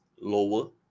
Lower